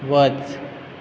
वच